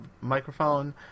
microphone